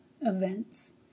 events